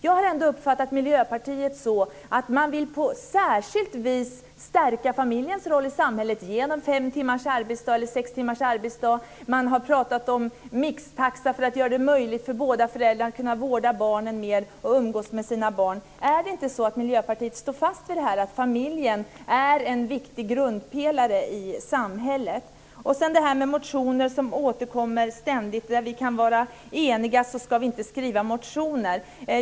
Jag har ändå uppfattat Miljöpartiet så, att man på särskilt vis vill stärka familjens roll i samhället genom sex timmars arbetsdag. Man har pratat om mixtaxa för att göra det möjligt för båda föräldrarna att kunna vårda barnen mer och umgås med sina barn. Är det inte så att Miljöpartiet står fast vid att familjen är en viktig grundpelare i samhället? Sedan var det detta med motioner som ständigt återkommer och att vi inte ska skriva motioner i de fall då vi kan vara eniga.